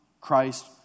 Christ